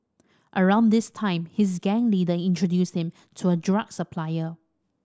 around this time his gang leader introduced him to a drug supplier